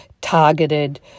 targeted